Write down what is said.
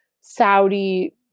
Saudi